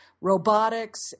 robotics